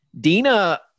Dina